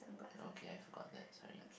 oh okay I forget that sorry